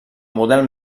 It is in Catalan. model